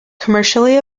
commercially